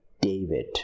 David